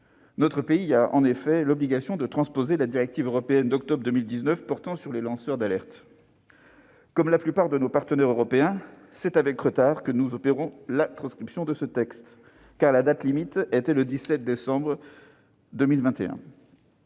Notre pays a en effet l'obligation de transposer la directive européenne d'octobre 2019 portant sur les lanceurs d'alerte. Comme la plupart de nos partenaires européens, c'est avec retard que nous opérons la transcription de ce texte, la date limite étant fixée au 17 décembre 2021.